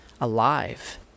alive